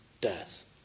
death